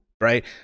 Right